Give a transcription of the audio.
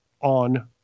on